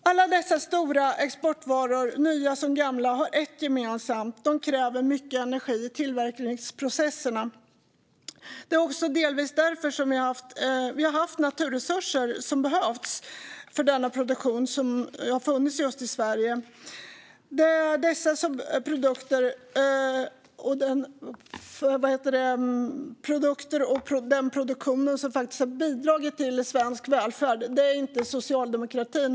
Alla dessa stora exportvaror, nya som gamla, har ett gemensamt, nämligen att de kräver mycket energi i tillverkningsprocesserna. Det är också delvis därför att vi har haft de naturresurser som behövts för denna produktion som den har funnits just i Sverige. Det är dessa produkter och den produktionen som har bidragit till svensk välfärd, inte socialdemokratin.